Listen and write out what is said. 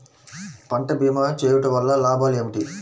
పంట భీమా చేయుటవల్ల లాభాలు ఏమిటి?